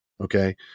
Okay